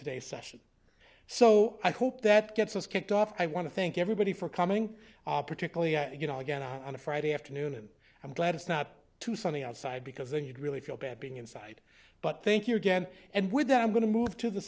today's session so i hope that gets us kicked off i want to thank everybody for coming particularly you know again on a friday afternoon and i'm glad it's not too sunny outside because then you'd really feel bad being inside but thank you again and with that i'm going to move to the